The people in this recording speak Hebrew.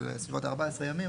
של סביבות 14 ימים,